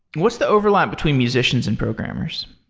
what's the overlap between musicians and programmers?